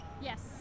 Yes